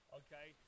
okay